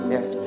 Yes